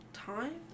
Time